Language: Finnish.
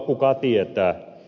kuka tietää